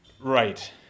Right